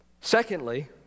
Secondly